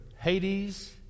Hades